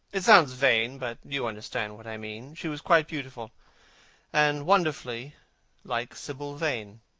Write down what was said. it sounds vain, but you understand what i mean. she was quite beautiful and wonderfully like sibyl vane.